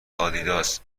آدیداس